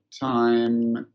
time